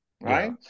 right